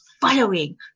following